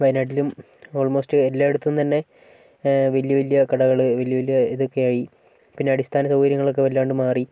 വയനാട്ടിലും ഓൾമോസ്റ്റ് എല്ലായിടത്തും തന്നെ വല്യ വല്യ കടകൾ വല്യ വല്യ ഇതൊക്കെയായി പിന്നെ അടിസ്ഥാന സൗകര്യങ്ങളൊക്കെ വല്ലാണ്ട് മാറി